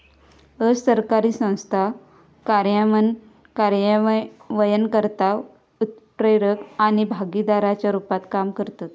असरकारी संस्था कार्यान्वयनकर्ता, उत्प्रेरक आणि भागीदाराच्या रुपात काम करतत